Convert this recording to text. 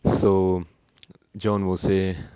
so john will say